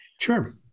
Sure